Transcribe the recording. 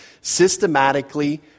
systematically